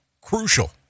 crucial